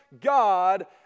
God